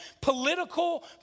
political